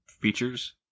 features